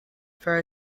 for